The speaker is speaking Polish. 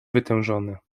wytężone